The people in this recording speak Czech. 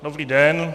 Dobrý den.